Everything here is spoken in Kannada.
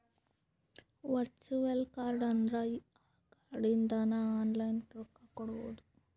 ವರ್ಚುವಲ್ ಕಾರ್ಡ್ ಅಂದುರ್ ಆ ಕಾರ್ಡ್ ಇಂದಾನೆ ಆನ್ಲೈನ್ ರೊಕ್ಕಾ ಕೊಡ್ಬೋದು